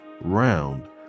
round